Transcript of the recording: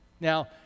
Now